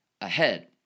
ahead